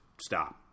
stop